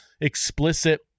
explicit